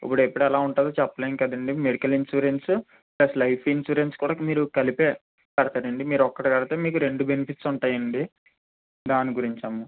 ఇప్పుడు ఎప్పుడు ఎలా ఉంటుందో చెప్పలేం కదండి medical insurance plus life insurance కూడా మీరు కలిపే కడతారండి మీరు ఒకటి కడితే మీకు రెండు బెనిఫిట్స్ ఉంటాయండి దాని గురించమ్మ